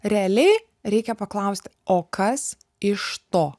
realiai reikia paklausti o kas iš to